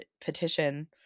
petition